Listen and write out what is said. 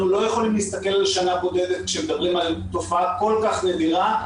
על שנה בודדת כשמדברים על תופעה כל כך נדירה.